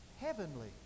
heavenly